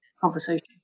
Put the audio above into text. conversation